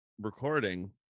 recording